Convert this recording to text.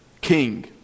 King